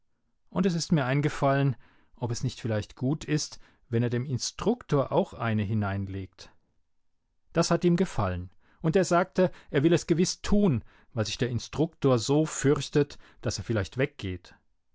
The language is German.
und es ist mir eingefallen ob es nicht vielleicht gut ist wenn er dem instruktor auch eine hineinlegt das hat ihm gefallen und er sagte er will es gewiß tun weil sich der instruktor so fürchtet daß er vielleicht weggeht